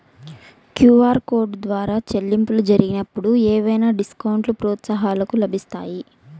QR code ద్వారా చెల్లింపులు జరిగినప్పుడు ఏవైనా డిస్కౌంట్ లు, ప్రోత్సాహకాలు లభిస్తాయా?